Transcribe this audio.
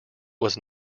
was